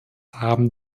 haben